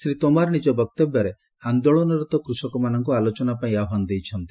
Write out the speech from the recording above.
ଶ୍ରୀ ତୋମାର ନିଜ ବକ୍ତବ୍ୟରେ ଆନ୍ଦୋଳନରତ କୃଷକମାନଙ୍କୁ ଆଲୋଚନା ପାଇଁ ଆହ୍ୱାନ ଦେଇଛନ୍ତି